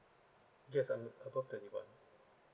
yes I'm above twenty one